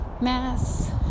mass